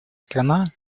страна